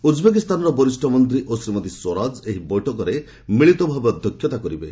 ଉଜ୍ବେକିସ୍ତାନର ବରିଷ୍ଣ ମନ୍ତ୍ରୀ ଓ ଶ୍ରୀମତୀ ସ୍ୱରାଜ ଏହି ବୈଠକରେ ମିଳିତଭାବେ ଅଧ୍ୟକ୍ଷତା କରିବେ